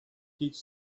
teach